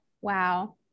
wow